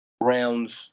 rounds